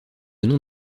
nom